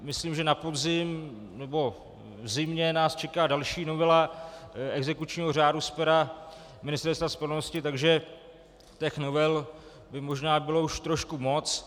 Myslím, že na podzim nebo v zimě nás čeká další novela exekučního řádu z pera Ministerstva spravedlnosti, takže těch novel by možná bylo už trošku moc.